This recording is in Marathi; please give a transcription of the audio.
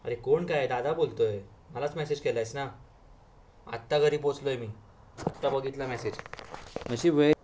अरे कोण काय दादा बोलतो आहे मलाच मेसेज केला आहेस ना आता घरी पोहचलो आहे मी आता बघितला मेसेज नशीब वेळेत